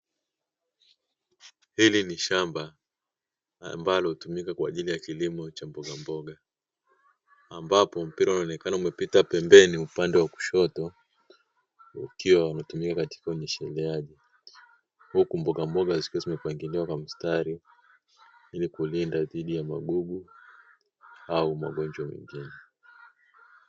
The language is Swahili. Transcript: Hili ni shamba ambalo hutumika kwa ajili ya kilimo cha mbogamboga, ambapo mpira unaonekana umepita pembeni upande wa kushoto, ukiwa umetumika katika unyesheleaji, huku mbogamboga zikiwa zimepangiliwa kwa mstari, ili kulinda dhidi ya magugu au magonjwa mengine.